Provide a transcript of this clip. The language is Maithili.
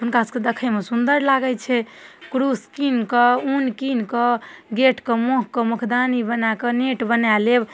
हुनकासभके देखैमे सुन्दर लागै छै क्रूस किनिकऽ उन कीनिकऽ गेटके मुखके मुखदानी बनाकऽ नेट बना लेब